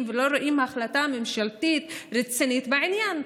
ולא רואים החלטה ממשלתית רצינית בעניין.